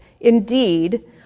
Indeed